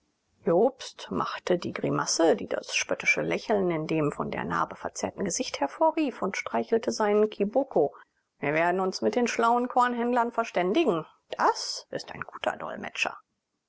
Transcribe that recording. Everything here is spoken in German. jobst machte die grimasse die das spöttische lächeln in dem von der narbe verzerrten gesicht hervorrief und streichelte seinen kiboko wir werden uns mit den schlauen kornhändlern verständigen das ist ein guter dolmetscher